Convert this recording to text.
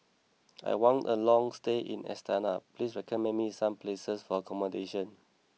I want a long stay in Astana please recommend me some places for accommodation